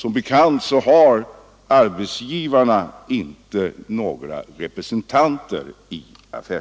Arbetsgivarna har som bekant inte några representanter där.